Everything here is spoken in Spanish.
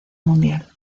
mundial